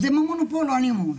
הם המונופול או אני המונופול?